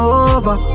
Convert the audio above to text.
over